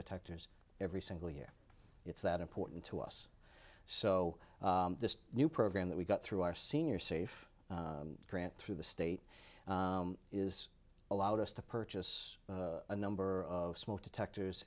detectors every single year it's that important to us so this new program that we've got through our senior safe grant through the state is allowed us to purchase a number of smoke detectors